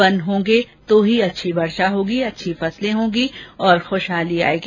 one होंगे तो ही अच्छी वर्षा होगी अच्छी फसलें होंगी और खुशहाली आएगी